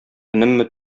өнемме